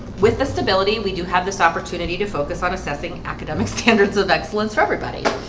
with the stability we do have this opportunity to focus on assessing academic standards of excellence for everybody.